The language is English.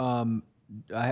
so